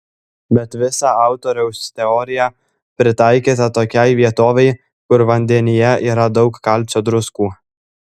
bet visa autoriaus teorija pritaikyta tokiai vietovei kur vandenyje yra daug kalcio druskų